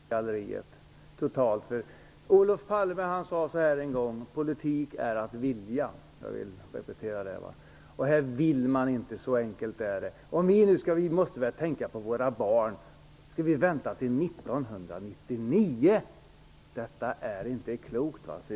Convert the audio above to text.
Herr talman! Alltså är detta bara ett spel för gallerierna. Olof Palme sade en gång att politik är att vilja. I detta fall vill man inte -- så enkelt är det. Men vi måste tänka på våra barn! Skall vi vänta till 1999? Detta är inte klokt.